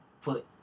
put